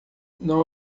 não